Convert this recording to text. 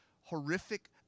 horrific